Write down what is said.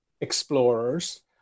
explorers